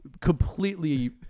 completely